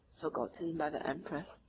forgotten by the emperors,